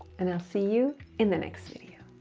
and i'll see you in the next video.